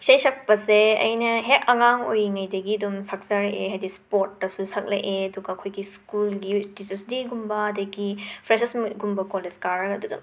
ꯏꯁꯩ ꯁꯛꯄꯁꯦ ꯑꯩꯅ ꯍꯦꯛ ꯑꯉꯥꯡ ꯑꯣꯏꯔꯤꯉꯩꯗꯒꯤ ꯑꯗꯨꯝ ꯁꯛꯆꯔꯛꯑꯦ ꯍꯥꯏꯗꯤ ꯁ꯭ꯄꯣꯔꯠꯇꯁꯨ ꯁꯛꯂꯛꯑꯦ ꯑꯗꯨꯒ ꯑꯩꯈꯣꯏꯒꯤ ꯁ꯭ꯀꯨꯜꯒꯤ ꯇꯤꯆꯔꯁ ꯗꯦꯒꯨꯝꯕ ꯑꯗꯒꯤ ꯐ꯭ꯔꯦꯁꯔꯁ ꯃꯠꯒꯨꯝꯕ ꯀꯣꯂꯦꯁ ꯀꯥꯔꯒ ꯑꯗꯨꯗ